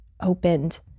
opened